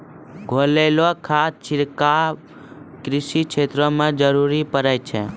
घोललो खाद छिड़काव कृषि क्षेत्र म जरूरी पड़ै छै